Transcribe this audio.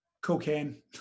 Cocaine